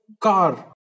car